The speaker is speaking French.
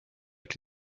avec